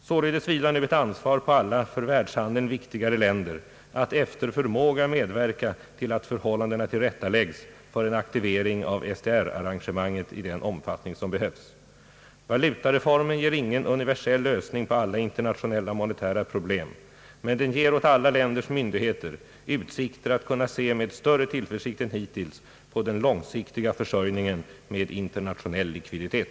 Således vilar nu ett ansvar på alla för världshandeln viktigare länder att efter förmåga medverka till att förhållandena tillrättaläggs för en aktivering av SDR-arrangemanget i den omfattning som behövs. Valutareformen ger ingen universell lösning på alla internationella monetära problem, men den ger åt alla länders myndigheter utsikter att kunna se med större tillförsikt än hittills på den långsiktiga försörjningen med internationell likviditet.